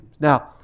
Now